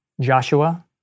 Joshua